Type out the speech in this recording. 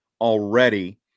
already